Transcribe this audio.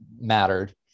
mattered